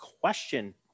question